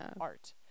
art